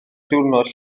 diwrnod